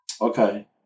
Okay